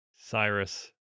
Cyrus